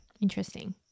interesting